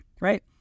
right